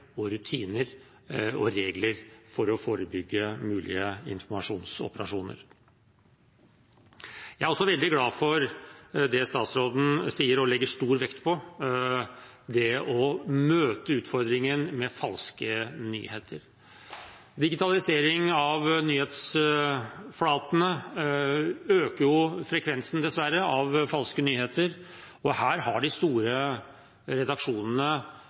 rutiner og regler for å forebygge mulige informasjonsoperasjoner. Jeg er også veldig glad for det statsråden sier og legger stor vekt på, om å møte utfordringen med falske nyheter. Digitalisering av nyhetsflatene øker dessverre frekvensen av falske nyheter, og her har de store redaksjonene